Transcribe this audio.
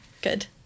good